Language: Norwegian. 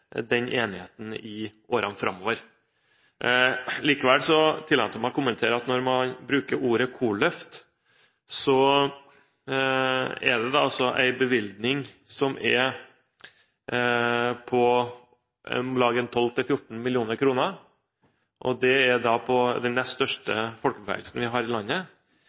den enigheten i årene framover. Likevel tillater jeg meg å kommentere at når man bruker ordet «korløft», er det altså en bevilgning som er på om lag 12–14 mill. kr, og det gjelder den nest største folkebevegelsen vi har i landet.